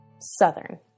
Southern